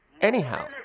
Anyhow